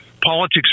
Politics